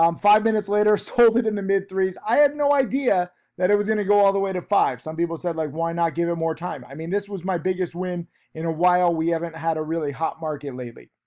um five minutes later sold it in the mid threes. i had no idea that it was gonna go all the way to fives, some people said like why not give it more time. i mean, this was my biggest win in a while. we haven't had a really hot market lately.